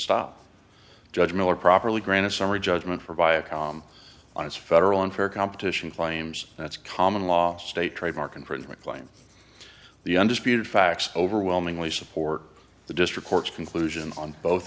stop judge miller properly granted summary judgment for viacom on its federal unfair competition claims that's common law state trademark infringement claims the undisputed facts overwhelmingly support the district court's conclusion on both